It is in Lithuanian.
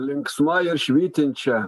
linksma ir švytinčia